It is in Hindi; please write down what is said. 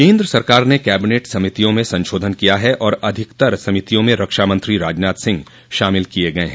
केन्द्र सरकार ने कैबिनेट समितियों में संशोधन किया है और अधिकतर समितियों में रक्षा मंत्री राजनाथ सिंह शामिल किए गये हैं